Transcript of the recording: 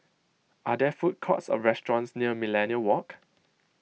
are there food courts or restaurants near Millenia Walk